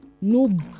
No